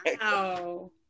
Wow